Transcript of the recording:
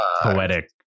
poetic